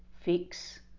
fix